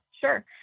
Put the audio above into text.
Sure